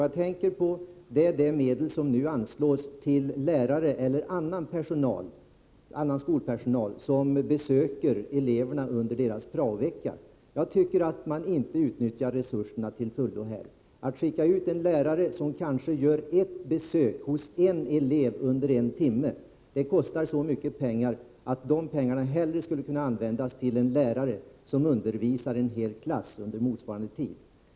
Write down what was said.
Jag tänker på de medel som nu anslås för att lärare eller annan skolpersonal skall besöka eleverna under deras prao-vecka. Jag tycker att man inte utnyttjar resurserna till fullo i detta avseende. Att skicka ut en lärare som kanske gör ett besök hos en elev under en timme kostar så mycket pengar att dessa hellre skulle kunna användas till en lärare som undervisar en hel klass under motsvarande tid.